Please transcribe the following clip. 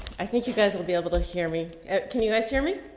i think you guys will be able to hear me. can you guys hear me?